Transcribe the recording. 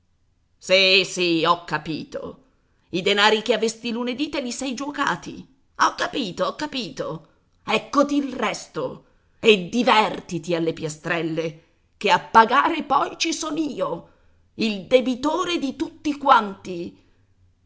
sì sì ho capito i denari che avesti lunedì te li sei giuocati ho capito ho capito eccoti il resto e divèrtiti alle piastrelle che a pagare poi ci son io il debitore di tutti quanti